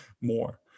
more